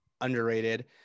underrated